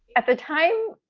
at the time,